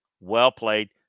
well-played